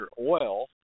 oil